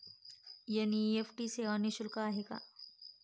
NEFT सेवा निःशुल्क आहे का?